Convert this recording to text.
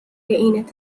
این